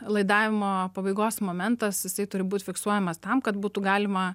laidavimo pabaigos momentas jisai turi būt fiksuojamas tam kad būtų galima